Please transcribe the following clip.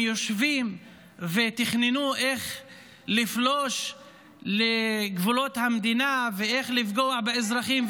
הם יושבים ותכננו איך לפלוש לגבולות המדינה ואיך לפגוע באזרחים,